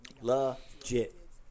legit